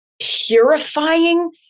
purifying